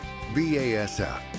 BASF